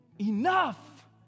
enough